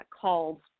called